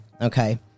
Okay